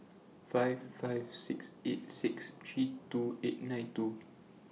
five five six eight six three two eight nine two